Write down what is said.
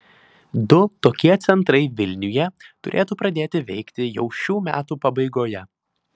du tokie centrai vilniuje turėtų pradėti veikti jau šių metų pabaigoje